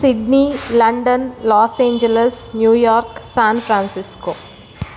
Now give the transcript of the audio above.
Sydney London Los Angeles New York San Francisco